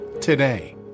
today